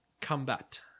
combat